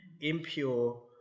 impure